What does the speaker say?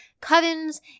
covens